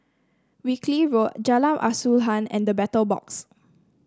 Wilkie Road Jalan Asuhan and The Battle Box